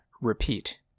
repeat